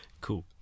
Cool